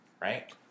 Right